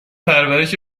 پرورش